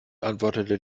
antwortete